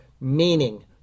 meaning